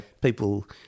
People